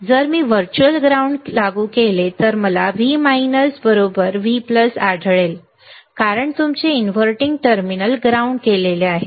जर मी virtual ground लागू केले तर मला ते V Vआढळले कारण तुमचे इनव्हर्टिंग टर्मिनल ग्राउंड केलेले आहे